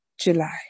July